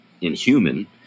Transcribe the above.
inhuman